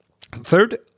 Third